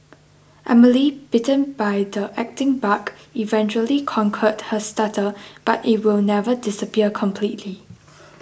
Emily bitten by the acting bug eventually conquered her stutter but it will never disappear completely